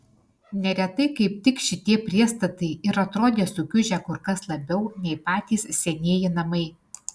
neretai kaip tik šitie priestatai ir atrodė sukiužę kur kas labiau nei patys senieji namai